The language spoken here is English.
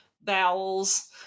bowels